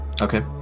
Okay